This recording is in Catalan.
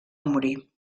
morir